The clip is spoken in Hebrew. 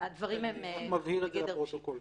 אני רק מבהיר את זה לפרוטוקול.